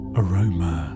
aroma